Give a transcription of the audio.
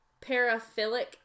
Paraphilic